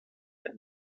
der